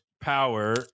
power